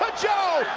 but joe!